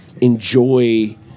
enjoy